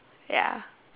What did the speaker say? ya